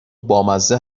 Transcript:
بامزه